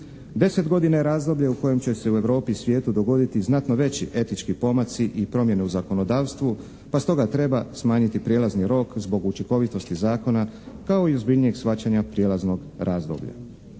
Deset godina je razdoblje u kojem će se u Europi i svijetu dogoditi znatno veći etički pomaci i promjene u zakonodavstvu pa stoga treba smanjiti prijelazni rok zbog učinkovitosti zakona kao i ozbiljnijeg shvaćanja prijelaznog razdoblja.